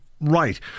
right